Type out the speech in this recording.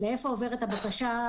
לאיפה עוברת הבקשה,